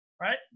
right